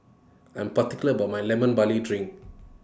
I Am particular about My Lemon Barley Drink